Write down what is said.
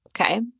Okay